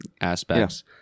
aspects